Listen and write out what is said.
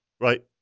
Right